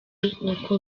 nk’uko